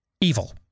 evil